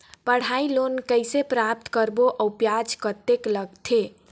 पढ़ाई लोन कइसे प्राप्त करबो अउ ब्याज कतेक लगथे?